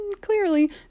clearly